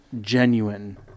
genuine